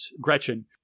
Gretchen